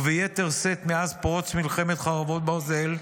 וביתר שאת מאז פרוץ מלחמת חרבות ברזל,